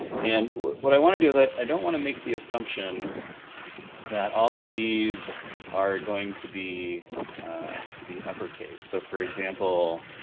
and what what i wanna do is i don't wanna make the assumption that all of these are going to be to be uppercase. so, for example,